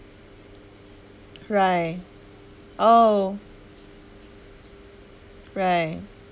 right oh right